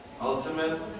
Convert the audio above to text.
ultimate